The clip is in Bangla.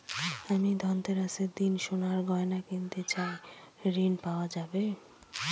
আমি ধনতেরাসের দিন সোনার গয়না কিনতে চাই ঝণ পাওয়া যাবে?